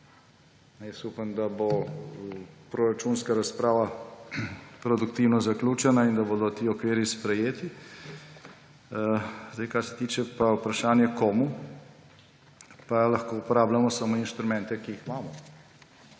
Jaz upam, da bo proračunska razprava produktivno zaključena in da bodo ti okviri sprejeti. Kar se pa tiče vprašanja, komu, pa lahko uporabljamo samo inštrumente, ki jih imamo.